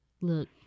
Look